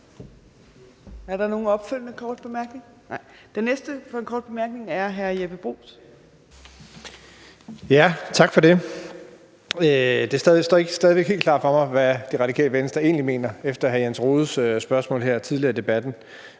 Er der en opfølgende kort bemærkning? Nej. Den næste for en kort bemærkning er hr. Jeppe Bruus. Kl. 14:04 Jeppe Bruus (S): Tak for det. Det står stadig væk ikke helt klart for mig, hvad Det Radikale Venstre egentlig mener, efter hr. Jens Rohde spørgsmål her tidligere i debatten.